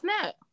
snap